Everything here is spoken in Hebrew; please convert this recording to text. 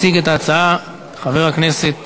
יציג את ההצעה חבר הכנסת